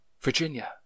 Virginia